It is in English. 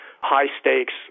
high-stakes